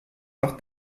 nach